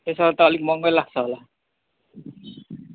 त्यसो भए त अलिक महँगौ लाग्छ होला